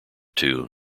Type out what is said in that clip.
two